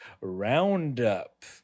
roundup